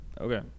okay